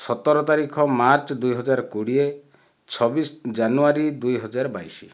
ସତର ତାରିଖ ମାର୍ଚ୍ଚ ଦୁଇହଜାର କୋଡିଏ ଛବିଶ ଜାନୁଆରୀ ଦୁଇହଜାର ବାଇଶ